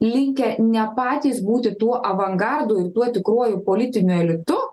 linkę ne patys būti tuo avangardu ir tuo tikruoju politiniu elitu